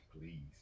Please